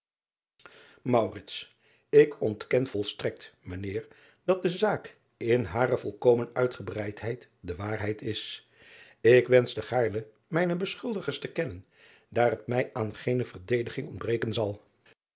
k ontken volstrekt mijn eer dat de zaak in hare volkomen uitgebreidheid de waarheid is k wenschte gaarne mijne beschuldigers te kennen daar het mij aan geene verdediging ontbreken zal